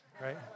right